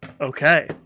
Okay